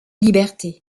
liberté